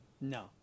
No